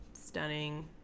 Stunning